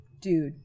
dude